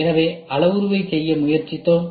எனவே அளவுருவைச் செய்ய முயற்சித்தோம்